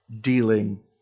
dealing